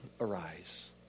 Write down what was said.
arise